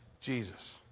Jesus